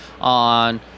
on